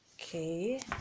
okay